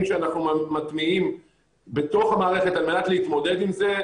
שאנחנו מטמיעים בתוך המערכת על מנת להתמודד עם זה,